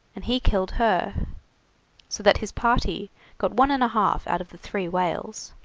and he killed her so that his party got one and a-half out of the three whales.